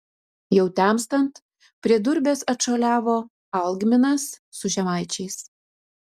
jau temstant prie durbės atšuoliavo algminas su žemaičiais